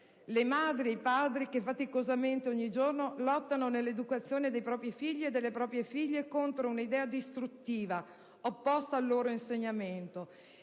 le madri, e i padri, che, faticosamente, ogni giorno, lottano per l'educazione dei propri figli e delle proprie figlie contro un'idea distruttiva opposta al loro insegnamento;